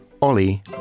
Ollie